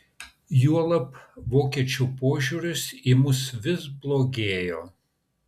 juolab vokiečių požiūris į mus vis blogėjo